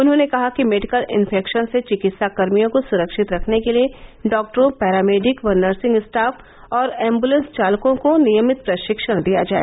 उन्होंने कहा कि मेडिकल इन्फेक्शन से चिकित्साकर्मियों को सुरक्षित रखने के लिए डॉक्टरों पैरामेडिक व नर्सिंग स्टाफ और एम्बुलेंस चालकों को नियमित प्रशिक्षण दिया जाए